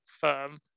firm